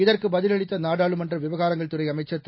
இதற்கு பதிலளித்த நாடாளுமன்ற விவகாரங்கள் துறை அமைச்சர் திரு